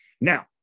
Now